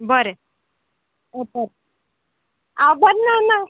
बरें आं बरें आं बरें ना ना